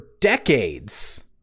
decades